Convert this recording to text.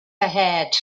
ahead